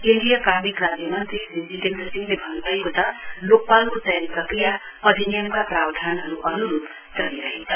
केन्द्रीय कार्मिक राज्यमन्त्री श्री जितेन्द्र सिंहले भन्नुभएको छ लोकपालको चयन प्रक्रिया अधिनियमका प्रावधानहरु अन्रुप चलिरहेछ